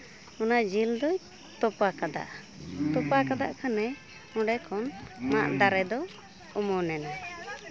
ᱚᱱᱟ ᱡᱤᱞ ᱫᱚᱭ ᱛᱚᱯᱟ ᱠᱟᱫᱟ ᱛᱚᱯᱟ ᱦᱚᱴᱚ ᱠᱟᱫ ᱠᱷᱟᱱᱮ ᱚᱸᱰᱮ ᱠᱷᱚᱱ ᱢᱟᱫᱽ ᱫᱟᱨᱮ ᱫᱚ ᱚᱢᱚᱱᱮᱱᱟ